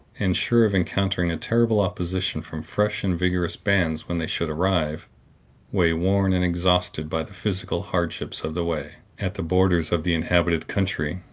and sure of encountering a terrible opposition from fresh and vigorous bands when they should arrive wayworn and exhausted by the physical hardships of the way at the borders of the inhabited country,